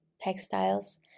textiles